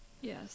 Yes